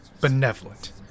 benevolent